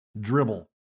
Dribble